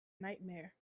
nightmare